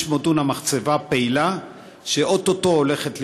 500 דונם מחצבה פעילה שאו-טו-טו הולכת להסתיים,